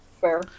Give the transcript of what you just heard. Fair